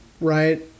right